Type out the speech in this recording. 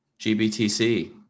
gbtc